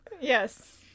Yes